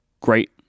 great